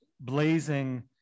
blazing